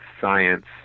science